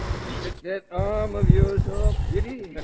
and he took that arm of yours off giddy,